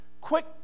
quick